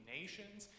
nations